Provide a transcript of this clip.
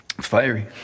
Fiery